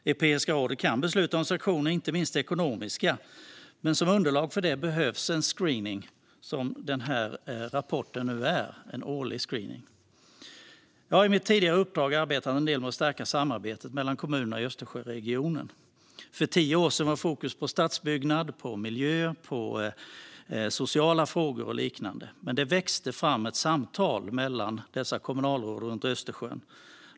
Europeiska rådet kan besluta om sanktioner, inte minst ekonomiska, men som underlag för det behövs en årlig screening, vilket denna rapport nu utgör. Jag har i tidigare uppdrag arbetat en del med att stärka samarbetet mellan kommuner i Östersjöregionen. För tio år sedan låg fokus på stadsbyggnad, miljö, sociala frågor och liknande, men ett samtal växte fram mellan kommunalråden runt Östersjön.